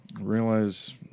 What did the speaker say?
realize